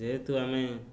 ଯେହେତୁ ଆମେ